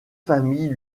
familles